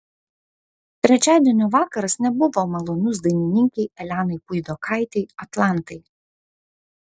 trečiadienio vakaras nebuvo malonus dainininkei elenai puidokaitei atlantai